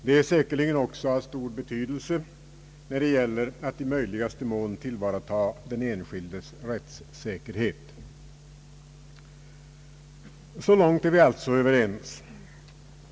Det är säkerligen också av stor betydelse när det gäller att i möjligaste mån tillvarata den enskildes rättssäkerhet. Så långt är vi alltså överens.